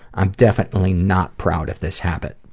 i'm definitely not proud of this habit.